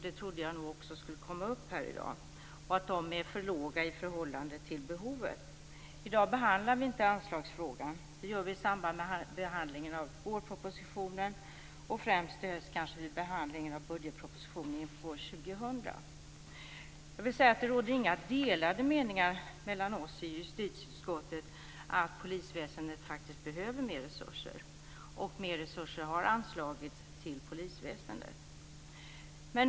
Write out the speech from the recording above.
Det trodde jag nog också skulle komma upp i dag. De anses vara för små i förhållande till behovet. I dag behandlar vi inte anslagsfrågan. Det gör vi i samband med behandlingen av vårpropositionen och kanske främst i höst vid behandlingen av budgetpropositionen inför år 2000. Jag vill säga att det inte råder några delade meningar mellan oss i justitieutskottet om att polisväsendet faktiskt behöver mer resurser, och mer resurser har anslagits till polisväsendet.